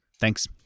Thanks